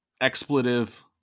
expletive